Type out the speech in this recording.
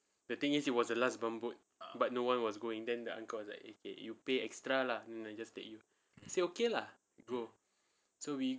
the thing is it was the last bumboat but no one was going then the uncle was like eh you pay extra lah then I just take you we say okay lah go so we